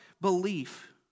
belief